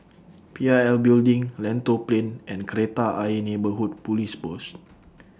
P I L Building Lentor Plain and Kreta Ayer Neighbourhood Police Post